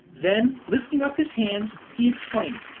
then, lifting up his hands, he exclaimed,